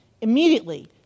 Immediately